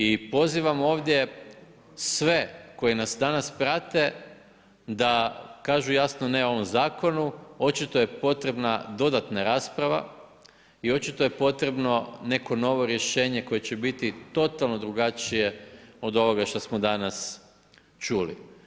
I pozivam ovdje sve koji nas danas prate da kažu jasno ne ovom zakonu, očito je potrebna dodatna rasprava i očito je potrebno neko novo rješenje koje će biti totalno drugačije od ovoga što smo danas čuli.